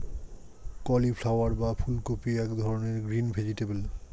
cauliflower বা ফুলকপি এক ধরনের গ্রিন ভেজিটেবল